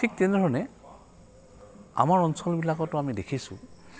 ঠিক তেনেধৰণে আমাৰ অঞ্চলবিলাকতো আমি দেখিছোঁ